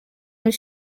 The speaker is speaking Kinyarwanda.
muri